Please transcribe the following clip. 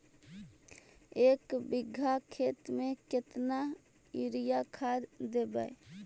एक बिघा खेत में केतना युरिया खाद देवै?